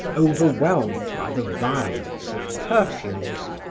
overwhelmed by the violence of perfumes.